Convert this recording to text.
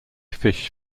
fish